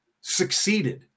succeeded